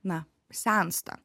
na sensta